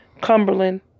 Cumberland